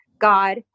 God